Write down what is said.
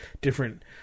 different